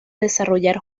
desarrollar